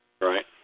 Right